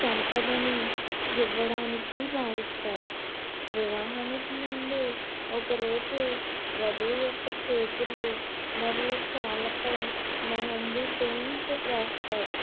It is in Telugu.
సంపదను ఇవ్వడానికి భావిస్తారు వివాహానికి ముందు ఒకరోజు వధువు యొక్క చేతులు మరియు కాళ్ళపై మెహందీ పెయింట్ వేస్తారు